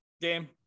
game